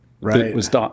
Right